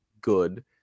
good